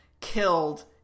killed